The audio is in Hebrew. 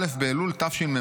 א' באלול תשמ"ב,